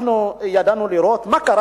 אנחנו ידענו מה קרה